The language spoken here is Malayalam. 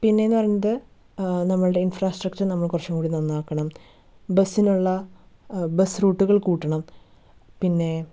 പിന്നെയെന്ന് പറഞ്ഞത് നമ്മളുടെ ഇൻഫ്രാസ്ട്രാക്ചർ നമ്മൾ കുറച്ചും കൂടി നന്നാക്കണം ബസ്സിനുള്ള ബസ് റൂട്ടുകൾ കൂട്ടണം പിന്നേ